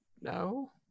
no